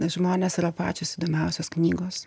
žmonės yra pačios įdomiausios knygos